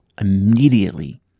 immediately